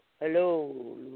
Hello